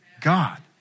God